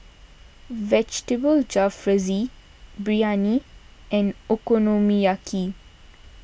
Vegetable Jalfrezi Biryani and Okonomiyaki